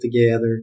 together